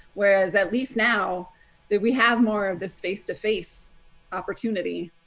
whereas at least now that we have more of this face to face opportunity,